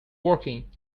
working